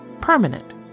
Permanent